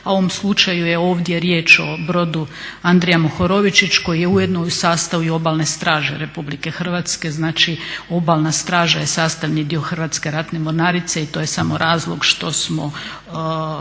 ovom slučaju je ovdje riječ o brodu Andrija Mohorovičić koji je ujedno i u sastavu Obalne straže RH. znači obalna straža je sastavni dio Hrvatske ratne mornarice i to je samo razlog što smo